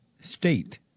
state